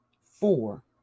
four